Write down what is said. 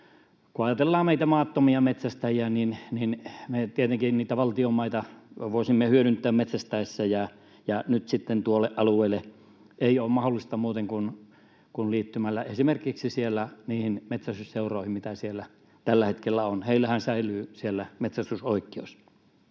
kun ajatellaan meitä maattomia metsästäjiä, niin me tietenkin niitä valtion maita voisimme hyödyntää metsästäessä, ja nyt sitten tuolle alueelle ei ole mahdollista mennä muuten kuin liittymällä esimerkiksi siellä niihin metsästysseuroihin, mitä siellä tällä hetkellä on. Heillähän säilyy siellä metsästysoikeus.